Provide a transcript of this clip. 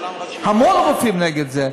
המון רופאים נגד זה.